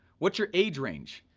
what's your age range,